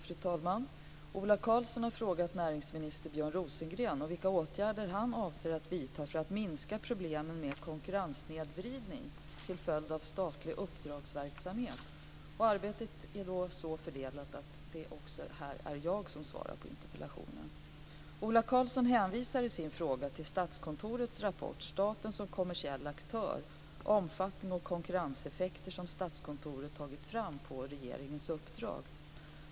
Fru talman! Ola Karlsson har frågat näringsminister Björn Rosengren om vilka åtgärder han avser att vidta för att minska problemen med konkurrenssnedvridning till följd av statlig uppdragsverksamhet. Arbetet inom regeringen är så fördelat att det också här är jag som svarar på interpellationen. Ola Karlsson hänvisar i sin fråga till Statskontorets rapport Staten som kommersiell aktör - Omfattning och konkurrenseffekter som Statskontoret tagit fram på regeringens uppdrag.